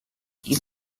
you